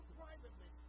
privately